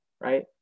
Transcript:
Right